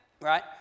Right